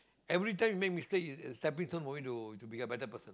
every time you make mistake is a stepping stone for you to to become a better person